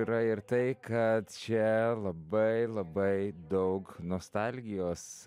yra ir tai kad čia labai labai daug nostalgijos